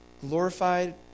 glorified